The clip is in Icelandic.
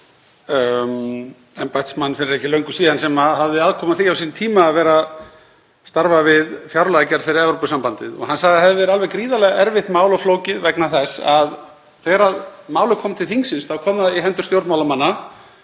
embættismann fyrir ekki löngu sem hafði aðkomu að því á sínum tíma að starfa við fjárlagagerð fyrir Evrópusambandið. Hann sagði að það hefði verið alveg gríðarlega erfitt mál og flókið vegna þess að þegar málið kom til þingsins kom það í hendur stjórnmálamanna